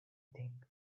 think